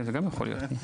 זה גם יכול להיות.